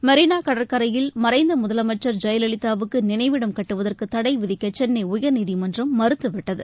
மெரினா கடற்கரையில் மறைந்த முதலமைச்சர் ஜெயலலிதாவுக்கு நினைவிடம் கட்டுவதற்கு தடை விதிக்க சென்னை உயர்நீதிமன்றம் மறுத்துவிட்டது